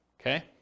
Okay